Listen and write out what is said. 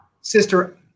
Sister